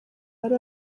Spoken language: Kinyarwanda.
bari